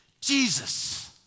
Jesus